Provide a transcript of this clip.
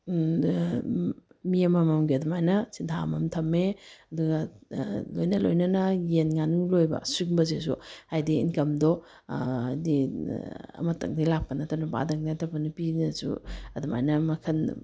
ꯃꯤ ꯑꯃꯃꯝꯒꯤ ꯑꯗꯨꯃꯥꯏꯅ ꯁꯤꯟꯊꯥ ꯑꯃꯃꯝ ꯊꯝꯃꯦ ꯑꯗꯨꯒ ꯂꯣꯏꯅ ꯂꯣꯏꯅꯅ ꯌꯦꯟ ꯉꯥꯅꯨ ꯂꯣꯏꯕ ꯁꯨꯒꯨꯝꯕꯁꯤꯁꯨ ꯍꯥꯏꯗꯤ ꯏꯟꯀꯝꯗꯣ ꯍꯥꯏꯗꯤ ꯃꯇꯝꯒꯤ ꯂꯥꯛꯄ ꯅꯠꯇꯕ ꯅꯨꯄꯥꯗꯒꯤ ꯅꯠꯇꯕ ꯅꯨꯄꯤꯅꯁꯨ ꯑꯗꯨꯃꯥꯏꯅ ꯃꯈꯟ